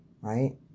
right